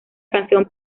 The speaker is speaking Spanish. canción